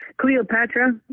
Cleopatra